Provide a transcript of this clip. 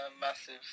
massive